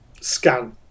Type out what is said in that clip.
scan